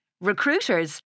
Recruiters